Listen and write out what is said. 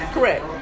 Correct